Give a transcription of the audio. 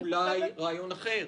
אולי יש לך רעיון אחר.